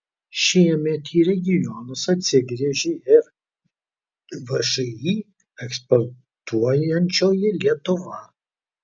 šiemet į regionus atsigręžė ir všį eksportuojančioji lietuva